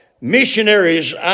missionaries